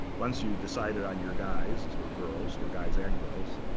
once you've decided on your guys or girls or guys and girls,